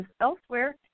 elsewhere